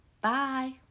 Bye